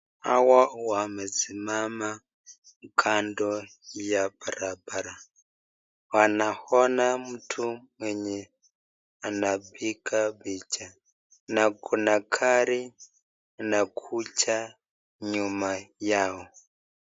Hawa wamesimama kando ya barabara. Wanaona mtu mwenye anapiga picha na kuna gari linakuja nyuma yao .